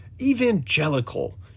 evangelical